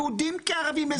יהודים כערבים,